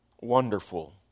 wonderful